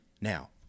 Now